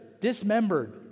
dismembered